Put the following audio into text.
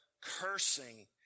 cursing